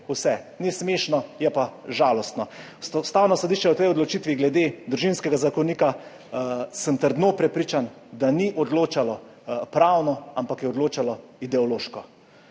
vse. Ni smešno, je pa žalostno. Ustavno sodišče o tej odločitvi glede Družinskega zakonika, sem trdno prepričan, da ni odločalo pravno, ampak je odločalo ideološko.